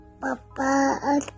Papa